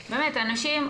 אנשים,